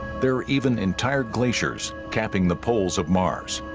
there are even entire glaciers capping the poles of mars,